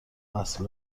وصل